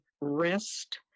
rest